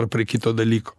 ar prie kito dalyko